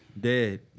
Dead